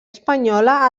espanyola